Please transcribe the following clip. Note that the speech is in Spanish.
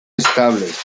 estables